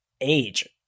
age